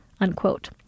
unquote